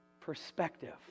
perspective